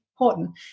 important